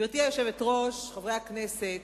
גברתי היושבת-ראש, חברי הכנסת,